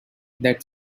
that